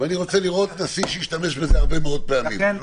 אני רוצה לראות נשיא שישתמש בזה הרבה מאוד פעמים.